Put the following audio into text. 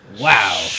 Wow